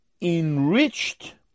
Enriched